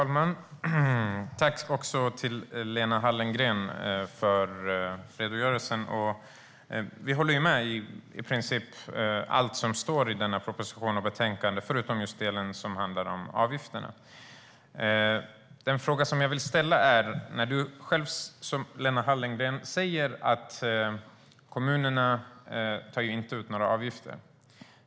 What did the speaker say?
Herr talman! Tack, Lena Hallengren, för redogörelsen! Vi håller med om i princip allt som står i propositionen och betänkandet, utom just den del som handlar om avgifterna. Lena Hallengren säger att kommunerna inte tar ut några avgifter.